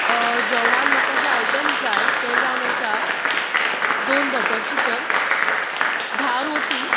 जेवणांत म्हाका जे आयटम्स जाय ते जावन आसात दोन बटर चिकन धा रोटी